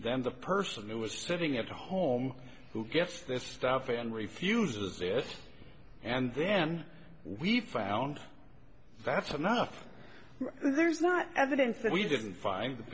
than the person who is sitting at home who gets this stuff and refuses it and then we found that's enough there's not evidence that we didn't find the